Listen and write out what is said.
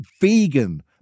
vegan